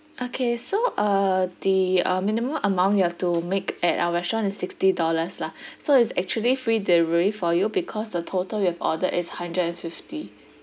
okay so uh the uh minimum amount you have to make at our restaurant is sixty dollars lah so it's actually free delivery for you because the total you have ordered is hundred and fifty